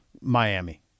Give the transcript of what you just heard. Miami